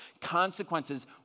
Consequences